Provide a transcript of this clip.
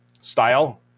style